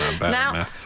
Now